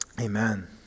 amen